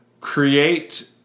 create